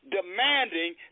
demanding